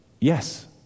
Yes